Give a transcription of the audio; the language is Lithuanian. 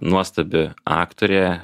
nuostabi aktorė